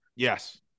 Yes